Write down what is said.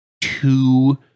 two